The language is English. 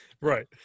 right